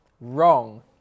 Wrong